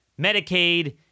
Medicaid